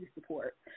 support